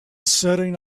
sitting